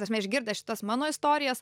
ta prasme išgirdęs šitas mano istorijas